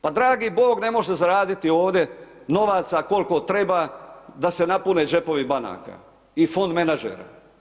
Pa dragi bog ne može zaraditi ovdje novaca koliko treba da se napune džepovi banaka i fond menadžera.